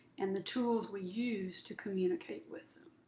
and the tools we use to communicate with them.